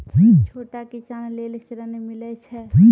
छोटा किसान लेल ॠन मिलय छै?